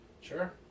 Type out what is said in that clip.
Sure